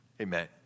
Amen